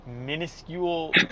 minuscule